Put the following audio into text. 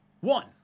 one